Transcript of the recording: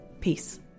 Peace